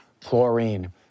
chlorine